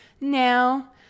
now